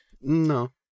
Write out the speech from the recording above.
No